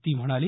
ती म्हणाली